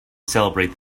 celebrate